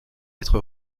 être